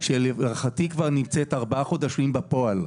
שלהערכתי כבר נמצאת ארבעה חודשים בפועל.